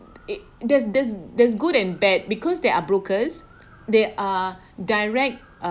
it there's there's there's good and bad because they are brokers they are direct uh